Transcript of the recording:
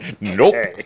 Nope